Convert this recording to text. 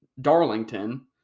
Darlington